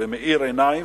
מאיר עיניים,